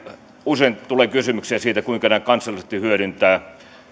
usein tulee kysymyksiä siitä kuinka näitä kansallisesti hyödynnetään